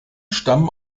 stammen